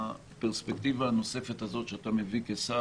והפרספקטיבה הנוספת הזאת שאתה מביא כשר